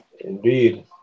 Indeed